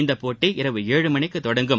இந்த போட்டி இரவு ஏழு மணிக்கு தொடங்கும்